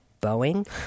Boeing